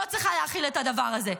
לא צריכה להכיל את הדבר הזה.